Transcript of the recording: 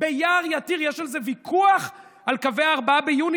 ביער יתיר, יש על זה ויכוח, על קווי 4 ביוני